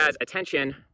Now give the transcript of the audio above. attention